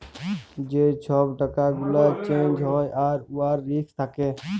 যে ছব টাকা গুলা চ্যাঞ্জ হ্যয় আর উয়ার রিস্ক থ্যাকে